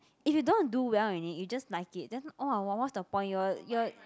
if you don't want do well in it you just like it then what's the point you're you're